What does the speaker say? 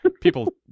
People